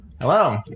Hello